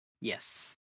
Yes